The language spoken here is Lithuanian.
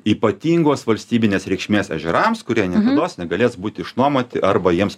ypatingos valstybinės reikšmės ežerams kurie niekados negalės būti išnuomoti arba jiems